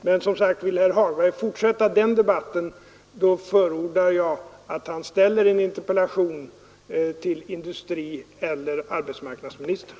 Men, som sagt, vill herr Hagberg fortsätta den debatten förordar jag att han framställer en interpellation till industrieller arbetsmarknadsministern.